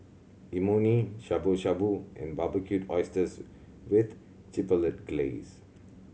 Imoni Shabu Shabu and Barbecued Oysters with Chipotle Glaze